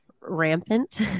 rampant